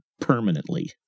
permanently